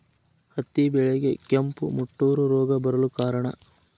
ಹತ್ತಿ ಬೆಳೆಗೆ ಕೆಂಪು ಮುಟೂರು ರೋಗ ಬರಲು ಕಾರಣ?